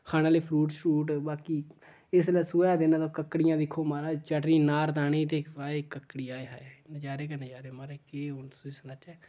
खाने लेई फरूट शरूट बाकी इसलै सोहै दे दिन ते कक्कडि़यां दिक्खो माराज चटनी नारदाने दी ते फाए कक्कड़ी हाय हाय नजारे गै नजारे माराज केह् हून तुसें गी सनाचै